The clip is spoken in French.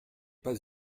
pas